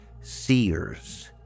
seers